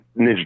Ninja